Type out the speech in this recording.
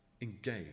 engage